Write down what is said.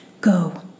Go